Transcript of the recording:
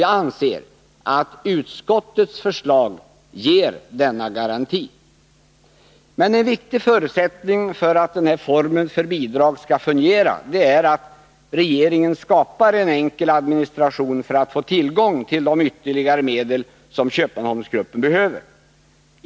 Jag anser att utskottets förslag ger denna garanti. En viktig förutsättning för att den här formen för bidrag skall fungera är att regeringen skapar en enkel administration för att få tillgång till de ytterligare medel som Köpmanholmsgruppen behöver.